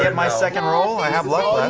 and my second roll? i have luck